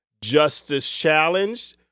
justice-challenged